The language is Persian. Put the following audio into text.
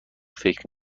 فکر